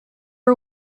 are